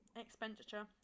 expenditure